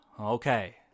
Okay